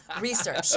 Research